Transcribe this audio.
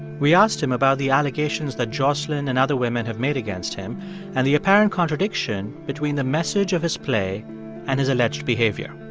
we asked him about the allegations that jocelyn and other women have made against him and the apparent contradiction between the message of his play and his alleged behavior.